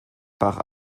par